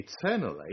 eternally